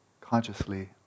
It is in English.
consciously